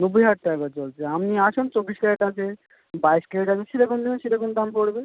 নব্বই হাজার টাকা করে চলছে আপনি আসুন চব্বিশ ক্যারেট আছে বাইশ ক্যারেট আছে সে রকম নেবেন সে রকম দাম পড়বে